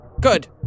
Good